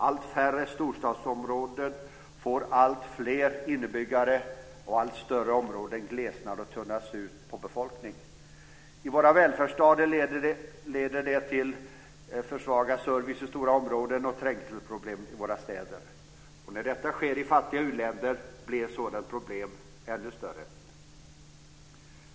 Allt färre storstadsområden får alltfler invånare och allt större områden glesnar och tunnas ut på befolkning. I våra välfärdsländer leder det till försvagad service i stora områden och trängselproblem i våra städer. När det sker i fattiga u-länder blir ett sådant problem ännu större.